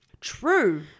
True